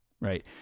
right